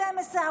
12,